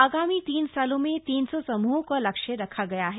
आगामी तीन सालों में तीन सौ समूहों का लक्ष्य रखा गया है